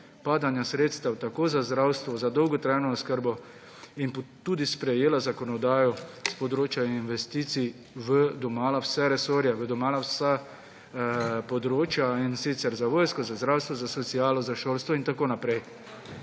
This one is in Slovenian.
padanja sredstev tako za zdravstvo, za dolgotrajno oskrbo in tudi sprejela zakonodajo s področja investicij v domala vse resorje, v domala vsa področja, in sicer za vojsko, za zdravstvo, za socialo, za šolstvo in tako naprej.